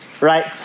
right